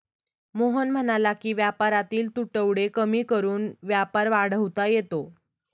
मोहन म्हणाला की व्यापारातील तुटवडे कमी करून व्यापार वाढवता येतो